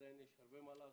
עדיין יש הרבה מה לעשות.